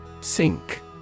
Sink